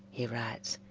he writes,